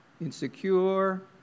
insecure